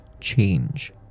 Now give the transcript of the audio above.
change